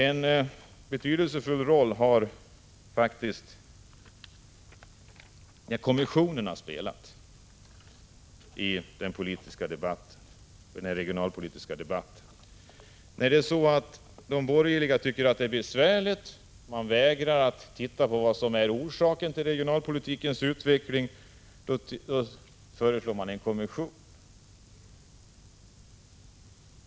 En betydelsefull roll har kommissionerna spelat i den regionalpolitiska debatten. När de borgerliga tycker att det är besvärligt och vägrar att se på vad som är orsaken till den regionalpolitiska utvecklingen, då föreslår man en kommission.